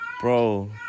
Bro